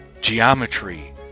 geometry